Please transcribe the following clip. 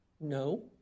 No